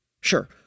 Sure